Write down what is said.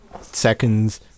seconds